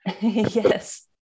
Yes